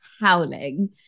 howling